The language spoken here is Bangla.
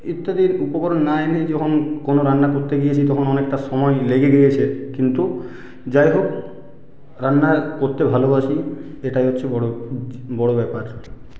ইত্যাদি উপকরণ না এনে যখন কোনো রান্না করতে গিয়েছি তখন অনেকটা সময় লেগে গেয়েছে কিন্তু যাই হোক রান্না করতে ভালোবাসি এটাই হচ্ছে বড় ব্যাপার